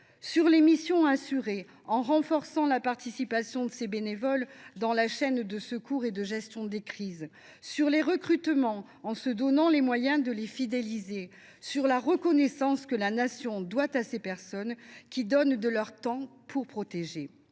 sur les missions à assurer, en insérant davantage encore ces bénévoles dans la chaîne de secours et de gestion des crises ; sur les recrutements, en se donnant les moyens de fidéliser les effectifs ; et sur la reconnaissance que la Nation doit à ces personnes, qui donnent de leur temps pour protéger